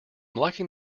liking